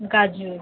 গাজর